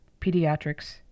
pediatrics